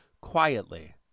quietly